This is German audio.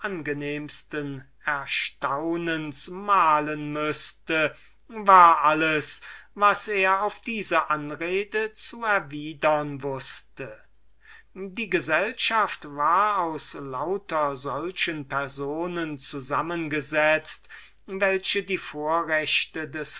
angenehmsten erstaunens malen müßte war alles was er auf diese anred erwidern konnte die gesellschaft die er versammelt fand war aus lauter solchen personen zusammengesetzt welche die vorrechte des